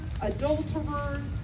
adulterers